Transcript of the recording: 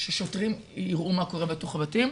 ששוטרים יראו מה קורה בתוך הבתים,